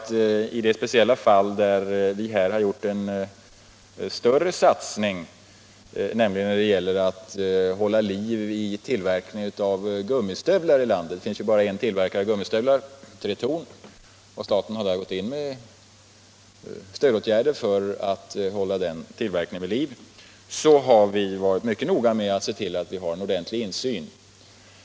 I det speciella fall där vi här har gjort en större satsning, nämligen när det gällt att hålla tillverkningen av gummistövlar vid liv — det finns ju bara en till verkare av gummistövlar i landet, nämligen Tretorn — har vi därför när staten gått in med stödåtgärderna varit mycket noga med att se till att vi har ordentlig insyn i företaget.